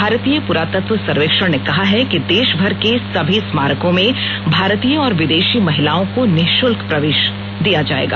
भारतीय पुरातत्वव सर्वेक्षण ने कहा है कि देशभर की सभी स्मारकों में भारतीय और विदेशी महिलाओं को निशुल्क प्रवेश दिया जाएगा